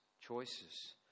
choices